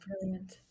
Brilliant